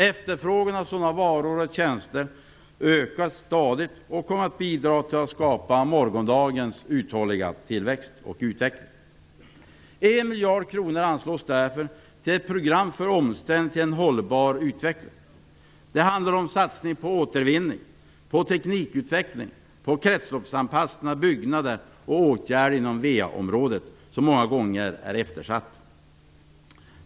Efterfrågan på sådana varor och tjänster ökar stadigt och kommer att bidra till att skapa morgondagens uthålliga tillväxt och utveckling. 1 miljard kronor anslås därför till ett program för omställning till en hållbar utveckling. Det handlar om satsningar på återvinning, på teknikutveckling, på kretsloppsanpassning av byggnader och åtgärder inom VA-området, som många gånger har varit eftersatt.